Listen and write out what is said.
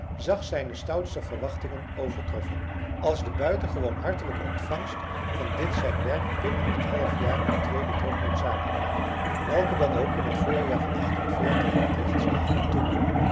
zag zijne stoutste verwachtingen overtroffen als de buitengewoon hartelijke ontvangst van dit zijn werk binnen t halfjaar een tweeden druk noodzakelijk maakte welke dan ook in t voorjaar van het licht zag toen